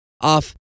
off